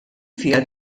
fiha